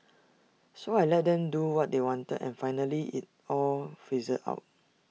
so I let them do what they wanted and finally IT all fizzled out